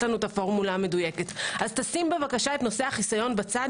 לנו את הפורמולה המדויקת אז שים את נושא החיסון בצד